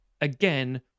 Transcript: again